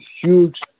huge